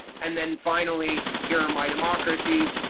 and then finally here are my democracies.